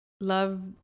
love